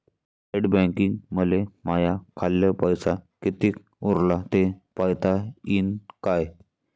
Net बँकिंगनं मले माह्या खाल्ल पैसा कितीक उरला थे पायता यीन काय?